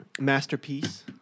Masterpiece